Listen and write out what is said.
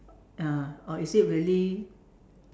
ah or is it really